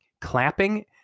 Clapping